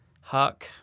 Huck